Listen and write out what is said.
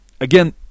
Again